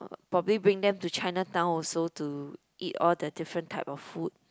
probably bring them to Chinatown also to eat all the different type of food